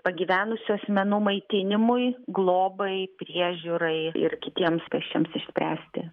pagyvenusių asmenų maitinimui globai priežiūrai ir kitiems pesčiams išspręsti